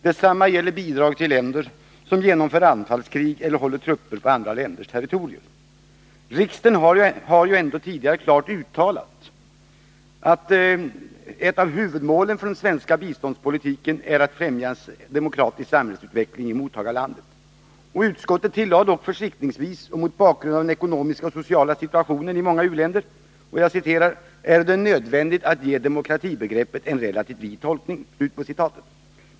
Detsamma gäller bidrag till länder som genomför anfallskrig eller håller trupper på andra länders territorier. Riksdagen har ändock tidigare klart uttalat att ett av huvudmålen för den svenska biståndspolitiken är att ffträmja en demokratisk samhällsutveckling i mottagarlandet. Utskottet tillade dock försiktigtvis att mot bakgrund av den ekonomiska och sociala situationen i många u-länder ”är det därför nödvändigt att ge demokratibegreppet en relativt vid tolkning”.